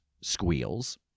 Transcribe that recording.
squeals